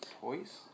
Toys